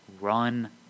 run